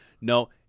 no